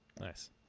Nice